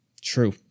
True